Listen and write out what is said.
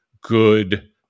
good